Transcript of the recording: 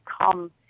come